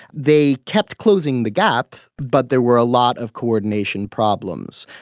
they kept closing the gap, but there were a lot of coordination problems.